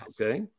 Okay